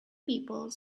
people